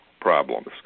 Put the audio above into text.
problems